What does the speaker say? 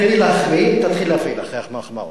תן לי להחמיא ותתחיל להפעיל אחרי המחמאות.